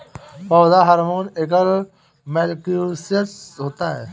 पौधा हार्मोन एकल मौलिक्यूलस होता है